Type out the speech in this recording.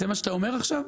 זה מה שאתה אומר עכשיו?